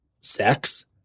sex